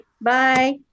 bye